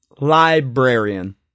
librarian